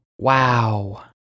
Wow